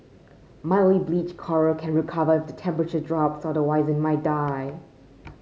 mildly bleached coral can recover if the temperature drops otherwise it may die